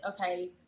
okay